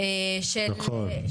נכון.